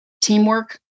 teamwork